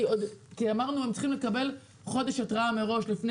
כי אמרנו שהם צריכים לקבל חודש התרעה מראש לפני